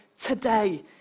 today